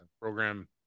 program